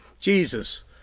Jesus